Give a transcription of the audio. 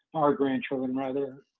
our grandchildren rather,